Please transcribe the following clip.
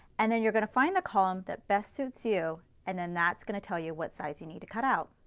and then you are going to find the column that best of suits you and then that's going to tell you what size you need to cut out.